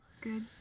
good